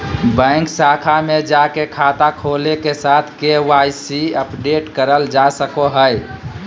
bank शाखा में जाके खाता खोले के साथ के.वाई.सी अपडेट करल जा सको हय